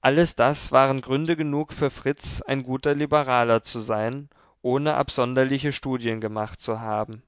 alles das waren gründe genug für fritz ein guter liberaler zu sein ohne absonderliche studien gemacht zu haben